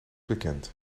bekend